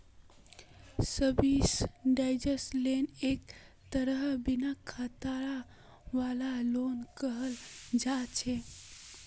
subsidised loan एक तरहेर बिन खतरा वाला लोन कहल जा छे